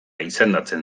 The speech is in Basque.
izendatzen